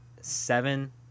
Seven